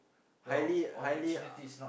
highly highly uh